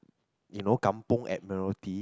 you know Kampung Admiralty